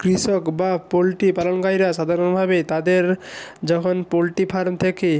কৃষক বা পোল্ট্রি পালনকারীরা সাধারণভাবে তাদের যখন পোল্ট্রি ফার্ম থেকে